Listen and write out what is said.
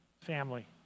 family